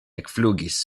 ekflugis